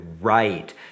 right